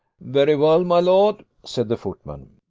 very well, my lord, said the footman.